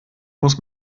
muss